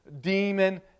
demon